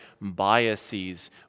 biases